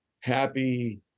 happy